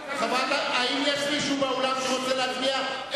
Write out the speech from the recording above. האם יש מישהו באולם שרוצה להצביע?